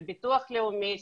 של ביטוח לאומי,